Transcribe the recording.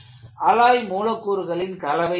அவை அலாய் மூலக் கூறுகளின் கலவையாகும்